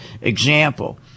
Example